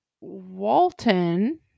Walton